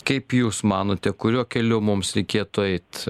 kaip jūs manote kuriuo keliu mums reikėtų eit